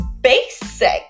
basic